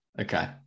okay